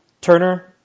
Turner